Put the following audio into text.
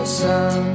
sun